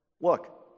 look